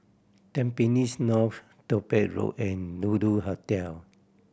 Tampines North Topaz Road and Lulu Hotel